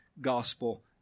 gospel